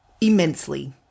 immensely